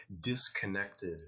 disconnected